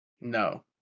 No